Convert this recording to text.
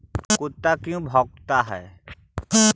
कुत्ता क्यों भौंकता है?